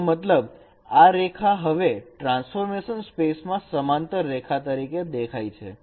જેનો મતલબ આ રેખા હવે ટ્રાન્સફોર્મેશન સ્પેસમાં સમાંતર રેખા તરીકે દેખાય છે